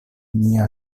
mia